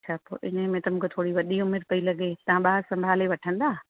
अछा पोइ इन में त मूंखे थोरी वॾी उमिरि पई लॻे तव्हां ॿारु संभाले वठंदा